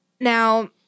Now